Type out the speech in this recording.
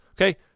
Okay